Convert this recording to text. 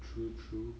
true true